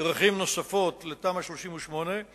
דרכים נוספות לתמ"א 38,